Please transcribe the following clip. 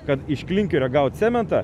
kad iš klinkerio gaut cementą